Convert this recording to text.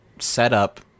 setup